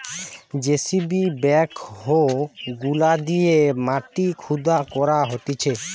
JCB backhoe গুলা দিয়ে মাটি খুদা করা হতিছে